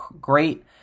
great